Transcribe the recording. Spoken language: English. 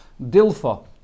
dilfa